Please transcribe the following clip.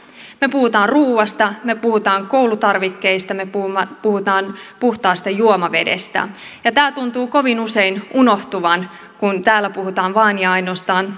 me puhumme ruoasta me puhumme koulutarvikkeista me puhumme puhtaasta juomavedestä ja tämä tuntuu kovin usein unohtuvan kun täällä puhutaan vain ja ainoastaan euroista